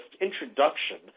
introduction